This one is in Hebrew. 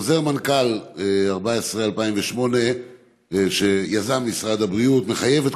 חוזר מנכ"ל 14/2008 שיזם משרד הבריאות מחייב את